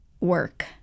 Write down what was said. work